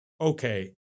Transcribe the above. okay